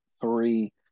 three